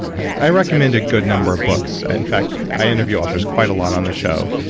i recommend a good number of books. in fact, i interview authors quite a lot on the show.